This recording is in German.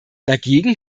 dagegen